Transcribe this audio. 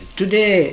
today